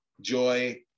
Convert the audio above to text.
joy